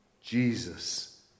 Jesus